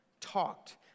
talked